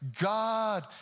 God